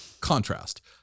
contrast